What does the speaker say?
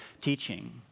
teaching